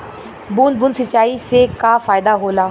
बूंद बूंद सिंचाई से का फायदा होला?